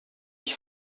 ich